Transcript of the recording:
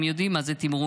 הם יודעים מה זה תמרון,